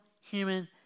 human